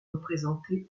représentées